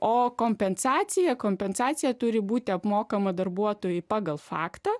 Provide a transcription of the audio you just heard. o kompensacija kompensacija turi būti apmokama darbuotojui pagal faktą